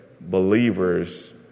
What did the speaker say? believers